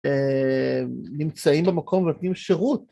אמ..נמצאים במקום ונותנים שירות.